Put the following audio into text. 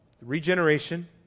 regeneration